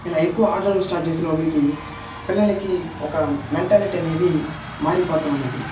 ఇలా ఎక్కువ ఆడటం స్టార్ట్ చేసేలోపలికి పిల్లలకి ఒక మెంటాలిటీ అనేది మారిపోతూవున్నది